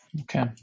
Okay